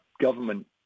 government